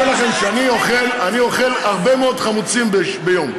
אני רוצה להגיד לכם שאני אוכל הרבה מאוד חמוצים ביום.